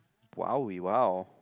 !wow! we !wow!